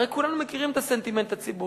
הרי כולנו מכירים את הסנטימנט הציבורי.